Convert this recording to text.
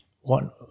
one